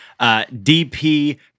DP